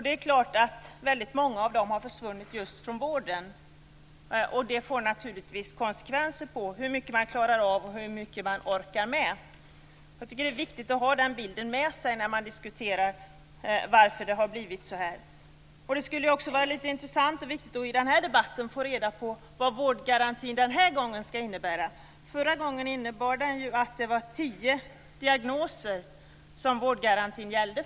Det är klart att väldigt många av dem har försvunnit just från vården. Detta får naturligtvis konsekvenser för hur mycket man klarar av och orkar med. Jag tycker att det är viktigt att ha den bilden framför sig när man diskuterar varför det blivit som det blivit. Det skulle också vara intressant att i den här debatten få reda på vad vårdgarantin skall innebära den här gången. Förra gången gällde den för tio diagnoser.